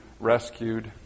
rescued